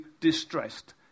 distressed